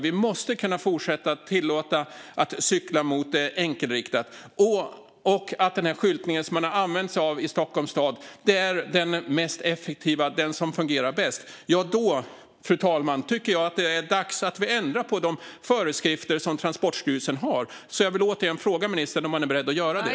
Vi måste kunna fortsätta att tillåta cykling mot enkelriktat. Om den skyltning som man har använt sig av i Stockholms stad är den mest effektiva och den som fungerar bäst, ja, då tycker jag, fru talman, att det är dags att vi ändrar i föreskrifterna till Transportstyrelsen. Är ministern beredd att göra det?